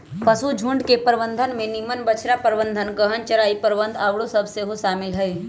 पशुझुण्ड के प्रबंधन में निम्मन बछड़ा प्रबंधन, गहन चराई प्रबन्धन आउरो सभ सेहो शामिल हइ